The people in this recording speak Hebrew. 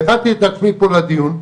והכנתי את עצמי פה לדיון.